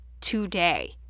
today